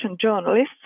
journalists –